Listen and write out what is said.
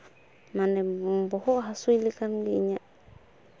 ᱢᱟᱱᱮ ᱵᱚᱦᱚᱜ ᱦᱟᱹᱥᱩᱭ ᱞᱮᱠᱟᱜᱮ ᱤᱧᱟᱹᱜ